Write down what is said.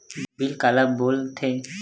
Bill काला बोल थे?